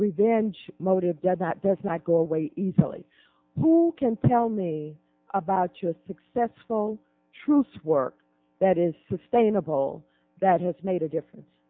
revenge motive that does not go away easily who can tell me about you a successful truce work that is sustainable that has made a difference